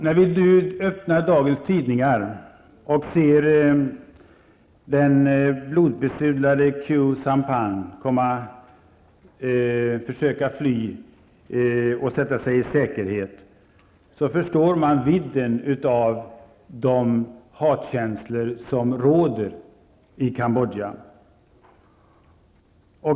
När vi öppnar dagens tidningar och ser den blodbesudlade Khieu Sampan försöka fly och sätta sig i säkerhet, så förstår man vidden av de hatkänslor som råder i Kambodja.